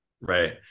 right